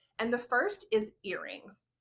and the first is earrings.